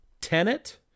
Tenet